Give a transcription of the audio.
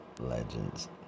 Legends